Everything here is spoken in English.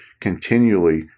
Continually